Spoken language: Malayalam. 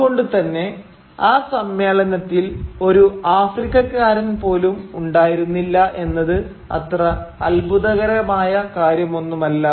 അതുകൊണ്ട് തന്നെ ആ സമ്മേളനത്തിൽ ഒരു ആഫ്രിക്കക്കാരൻ പോലും ഉണ്ടായിരുന്നില്ല എന്നത് അത്ര അത്ഭുതകരമായ കാര്യമൊന്നുമല്ല